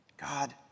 God